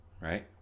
Right